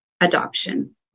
adoption